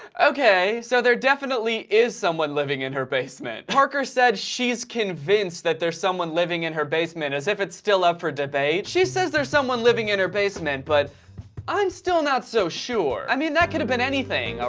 okay, so there definitely is someone living in her basement parker said, she's convinced that there's someone living in her basement as if it's still up for debate she says there's someone living in her basement, but i'm still not so sure. i mean that could have been anything,